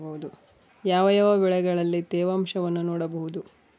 ಯಾವ ಯಾವ ಬೆಳೆಗಳಲ್ಲಿ ತೇವಾಂಶವನ್ನು ನೋಡಬಹುದು?